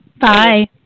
Bye